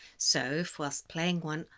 so if, whilst playing one,